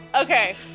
Okay